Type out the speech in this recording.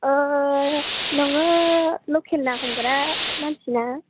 नोङो लखेल ना हमग्रा मानसि ना